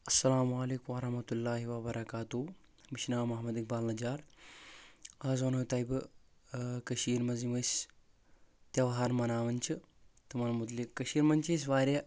السلام علیکم ورحمتہ اللہ وبرکاتہُ مےٚ چھُ ناو محمد اقبال نجار آز ونہو تۄہہِ بہٕ کٔشیٖر منٛز یِم اسۍ تیہوار مناوان چھِ تِمن متعلق کٔشیٖٖر منٛز چھِ أسۍ واریاہ